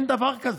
אין דבר כזה.